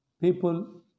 people